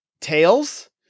tails